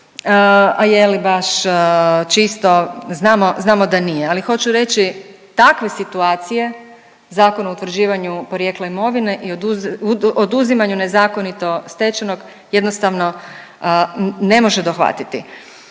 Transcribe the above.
je li baš čisto znamo da nije. Ali hoću reći takve situacije Zakon o utvrđivanju porijekla imovine i oduzimanju nezakonito stečenog jednostavno ne može dohvatiti.